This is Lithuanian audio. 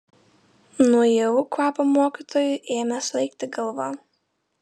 nuo ievų kvapo mokytojui ėmė svaigti galva